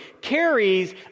carries